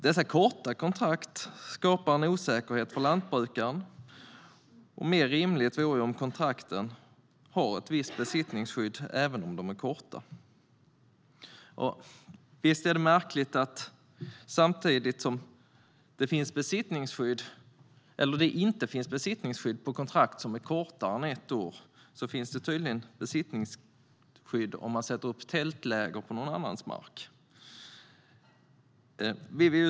Dessa korta kontrakt skapar osäkerhet för lantbrukaren. Mer rimligt vore om kontrakten har ett visst besittningsskydd även om de är korta. Samtidigt som kontrakt som är kortare än ett år inte har besittningsskydd har man tydligen besittningsskydd om man sätter upp tältläger på någon annans mark. Visst är det märkligt?